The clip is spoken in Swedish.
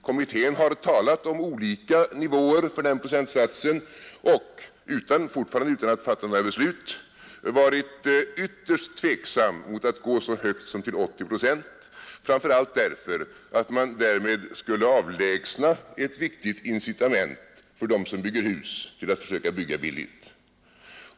Kommittén har talat om olika nivåer för den procentsatsen och, fortfarande utan att fatta några beslut, varit ytterst tveksam mot att gå så högt som till 80 procent, framför allt därför att man därmed skulle avlägsna ett viktigt incitament för dem som bygger hus till att försöka bygga billigt.